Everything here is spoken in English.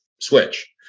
switch